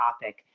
topic